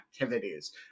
activities